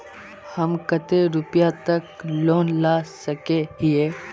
हम कते रुपया तक लोन ला सके हिये?